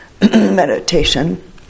meditation